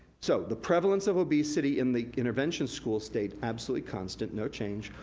so the prevalence of obesity in the intervention schools stayed absolutely constant, no change.